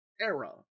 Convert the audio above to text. era